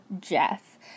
Jeff